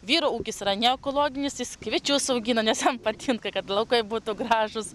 vyro ūkis yra ne ekologinis jis kviečius augina nes jam patinka kad laukai būtų gražūs